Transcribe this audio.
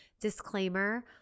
disclaimer